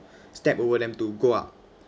step over them to go up